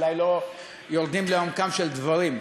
ואולי לא יורדים לעומקם של דברים.